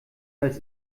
als